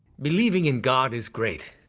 believing in god is great.